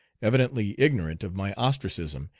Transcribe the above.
evidently ignorant of my ostracism,